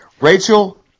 Rachel